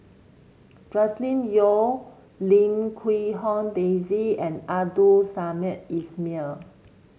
Joscelin Yeo Lim Quee Hong Daisy and Abdul Samad Ismail